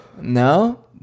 No